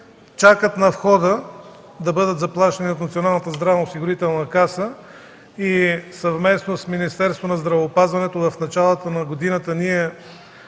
чакат на входа да бъдат заплащани от Националната здравноосигурителна каса. Съвместно с Министерството на здравеопазването в началото на годината ние